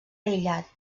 aïllat